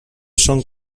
són